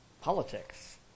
Politics